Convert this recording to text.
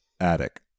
attic